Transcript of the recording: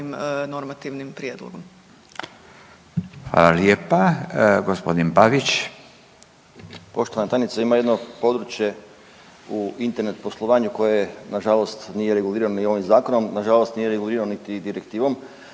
Hvala lijepa. G. Pavić.